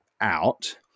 out